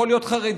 יכול להיות חרדי,